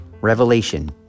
revelation